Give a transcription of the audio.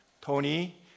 Tony